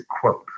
quote